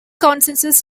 consensus